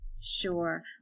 Sure